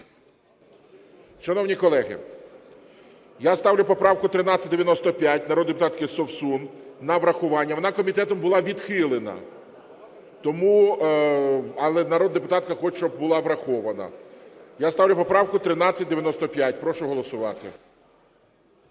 Шановні колеги, я ставлю поправку 1395, народної депутати Совсун, на врахування. Вона комітетом була відхилена. Але народна депутатка хоче, щоб була врахована. Я ставлю поправку 1395. Прошу голосувати.